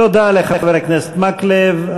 תודה לחבר הכנסת מקלב.